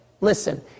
Listen